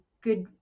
good